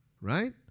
Right